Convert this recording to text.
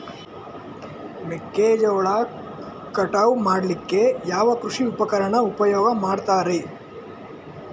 ಮೆಕ್ಕೆಜೋಳ ಕಟಾವು ಮಾಡ್ಲಿಕ್ಕೆ ಯಾವ ಕೃಷಿ ಉಪಕರಣ ಉಪಯೋಗ ಮಾಡ್ತಾರೆ?